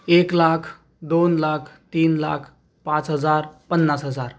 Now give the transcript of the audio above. एक लाख दोन लाख तीन लाख पाच हजार पन्नास हजार